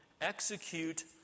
execute